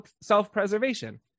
self-preservation